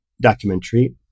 documentary